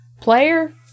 Player